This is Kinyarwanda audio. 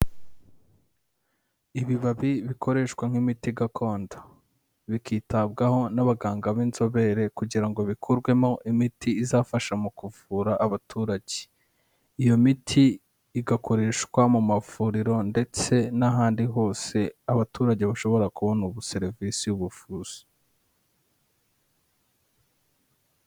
Ibibabi bikoreshwa nk'imiti gakondo. Bikitabwaho n'abaganga b'inzobere kugira ngo bikurwemo imiti izafasha mu kuvura abaturage. Iyo miti, igakoreshwa mu mavuriro ndetse n'ahandi hose abaturage bashobora kubona ubu serivisi y'ubuvuzi.